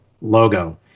logo